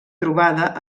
trobada